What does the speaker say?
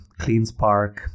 CleanSpark